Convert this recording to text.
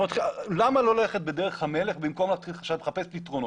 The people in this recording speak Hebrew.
למה לא ללכת בדרך המלך במקום להתחיל עכשיו לחפש פתרונות?